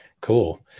Cool